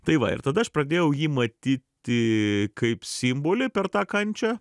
tai va ir tada aš pradėjau jį matyti kaip simbolį per tą kančią